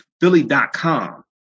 Philly.com